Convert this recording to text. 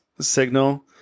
signal